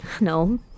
No